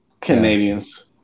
Canadians